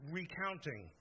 recounting